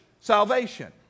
salvation